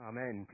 Amen